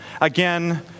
again